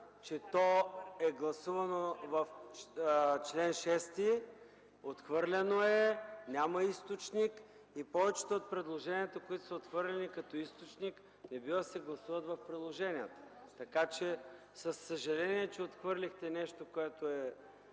че е гласувано в чл. 6, отхвърлено е, няма източник. Повечето от предложенията, които са отхвърлени като източник, не бива да се гласуват в приложенията. Със съжаление, че отхвърлихте нещо добро,